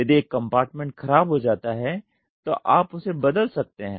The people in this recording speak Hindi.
यदि एक कम्पार्टमेंट खराब हो जाता है तो आप उसे बदल सकते हैं